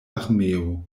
armeo